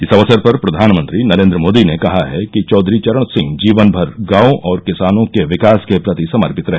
इस अवसर पर प्रधानमंत्री नरेंद्र मोदी ने कहा है कि चौधरी चरण सिंह जीवनभर गांवों और किसानों के विकास के प्रति समर्पित रहे